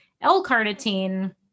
L-carnitine